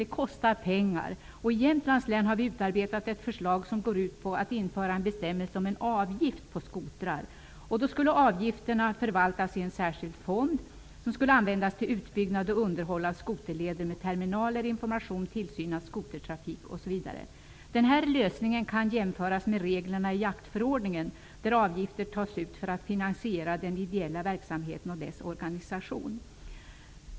Det kostar dock pengar, och i Jämtlands län har vi utarbetat förslag som går ut på att införa en bestämmelse om en avgift på skotrar. Avgifterna skulle förvaltas i en särskild fond som skulle användas till utbyggnad och underhåll av skoterleder med terminaler, information, tillsyn av skotertrafik m.m. Denna lösning kan jämföras med reglerna i jaktförordningen, där avgifter tas ut för att finansiera den ideella verksamheten och dess organisation.